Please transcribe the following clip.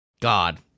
God